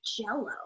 Jello